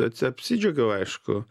atsi apsidžiaugiau aišku